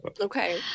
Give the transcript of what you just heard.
Okay